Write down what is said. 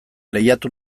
lehiatu